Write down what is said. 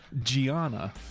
Gianna